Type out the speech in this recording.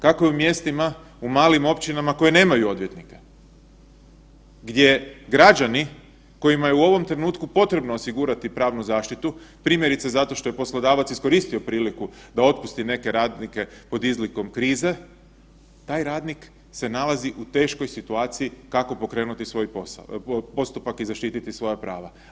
Kako je u mjestima u malim općinama koje nemaju odvjetnike, gdje građani kojima je u ovom trenutku potrebno osigurati pravnu zaštitu, primjerice zato što je poslodavac iskoristio priliku da otpusti neke radnike pod izlikom krize, taj radnik se nalazi u teškoj situaciji kako pokrenuti svoj posao, postupak i zaštititi svoja prava.